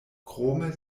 krome